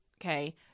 Okay